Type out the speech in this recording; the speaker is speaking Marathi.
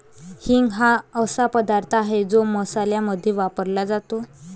हिंग हा असा पदार्थ आहे जो मसाल्यांमध्ये वापरला जातो